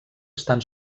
estan